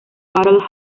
battle